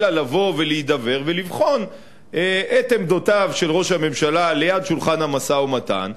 אלא לבוא ולהידבר ולבחון את עמדותיו של ראש הממשלה ליד שולחן המשא-ומתן,